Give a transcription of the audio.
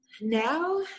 Now